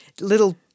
little